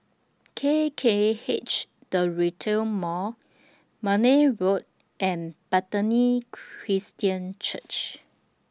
K K H The Retail Mall Marne Road and Bethany Christian Church